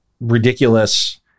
ridiculous